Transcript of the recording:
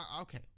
Okay